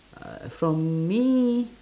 uh from me